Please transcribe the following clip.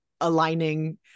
aligning